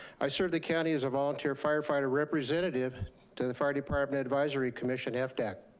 i serve the county as a volunteer firefighter representative to the fire department advisory commission, yeah fdac.